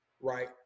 right